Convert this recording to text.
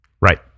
Right